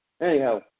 Anyhow